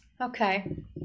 Okay